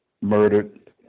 murdered